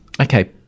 okay